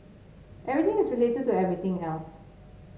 everything is related to everything else